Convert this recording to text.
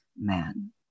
man